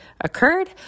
occurred